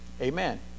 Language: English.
Amen